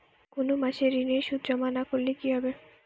কোনো মাসে ঋণের সুদ জমা না করলে কি হবে?